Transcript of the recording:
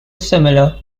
similar